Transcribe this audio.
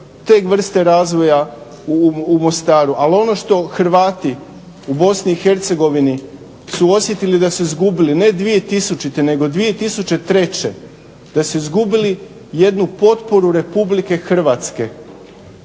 te vrste razvoja u Mostaru. Ali ono što Hrvati u BiH su osjetili da su izgubili ne 2000. nego 2003. da su izgubili jednu potporu RH. RH je